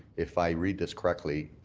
if i read this directly,